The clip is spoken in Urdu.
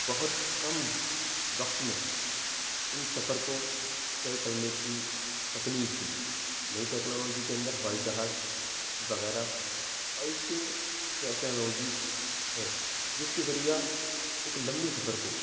بہت کم وقت میں ان سفر کو طے کرنے کی تکنیک تھی نئی ٹیکنالوجی کے اندر ہوائی جہاز وغیرہ ایسے ٹیکنالوجی ہے جس کے ذریعہ ایک لمبے سفر کو